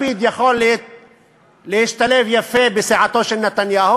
לפיד יכול להשתלב יפה בסיעתו של נתניהו